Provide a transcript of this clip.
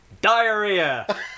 Diarrhea